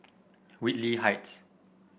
Whitley Heights